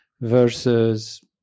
versus